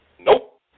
Nope